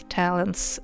talents